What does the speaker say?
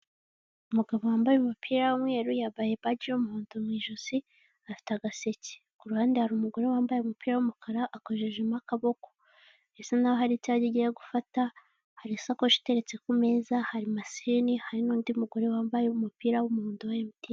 Umugabo wambaye umupira w'umweru, yambaye baji y'umuhondo m'ijosi, afite agaseke ku ruhande hari umugore wambaye umupira w'umukara, akoreshejejemo akaboko birasa nkaho hari icyo agiye gufata harisakoshi iteretse ku meza hari mashine, hari n'undi mugore wambaye umupira w'umuhondo wa emutiyeni.